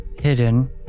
hidden